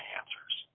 answers